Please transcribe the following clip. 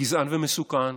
גזען ומסוכן.